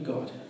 God